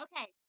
Okay